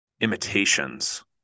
imitations